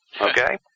Okay